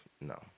no